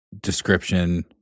description